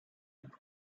let